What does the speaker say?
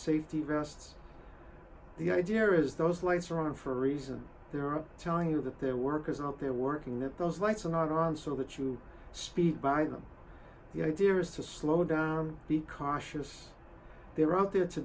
safety vests the idea is those lights are on for a reason they're telling you that their work is not there working that those lights are not on so that you speed by them the idea is to slow down be cautious they're out there to